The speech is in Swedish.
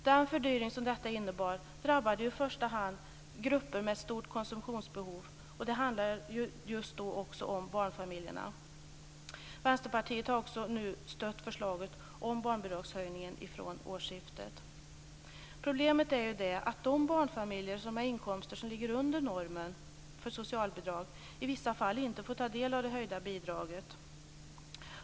Den fördyring som detta innebar drabbade i första hand grupper med stort konsumtionsbehov. Det handlade just då också om barnfamiljerna. Vänsterpartiet har också nu stött förslaget om barnbidragshöjningen från årsskiftet. Problemet är att de barnfamiljer som har inkomster som ligger under normen för socialbidrag i vissa fall inte får ta del av det höjda bidraget.